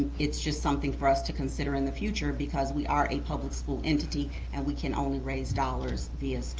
it's just something for us to consider in the future because we are a public school entity and we can only raise dollars via